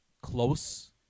close